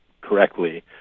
correctly